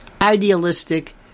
idealistic